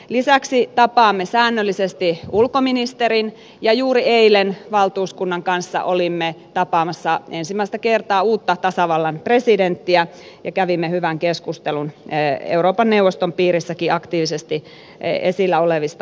lisäksi tapaamme säännöllisesti ulkoministerin ja juuri eilen valtuuskunnan kanssa olimme tapaamassa ensimmäistä kertaa uutta tasavallan presidenttiä ja kävimme hyvän keskusteluun euroopan neuvostonkin piirissä aktiivisesti esillä olevista aiheista